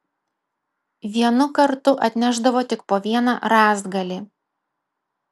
vienu kartu atnešdavo tik po vieną rąstgalį